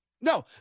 No